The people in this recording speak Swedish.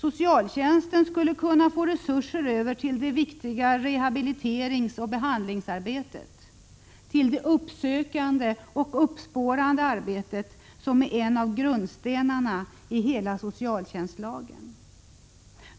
Den skulle kunna få resurser över till det viktiga rehabiliteringsoch behandlingsarbetet och till det uppsökande och uppspårande arbetet, som är en av grundstenarna i hela socialtjänstlagen.